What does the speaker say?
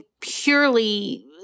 purely